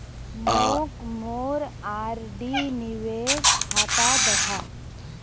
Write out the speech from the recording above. मोक मोर आर.डी निवेश खाता दखा